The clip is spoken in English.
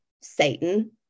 Satan